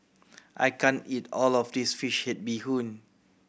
I can't eat all of this fish head bee hoon